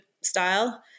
style